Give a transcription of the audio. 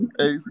hey